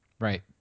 Right